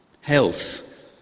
Health